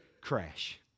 crash